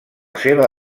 seva